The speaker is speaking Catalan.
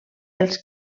els